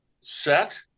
set